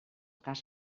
cas